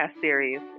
series